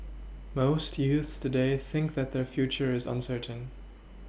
most youths today thinks that their future is uncertain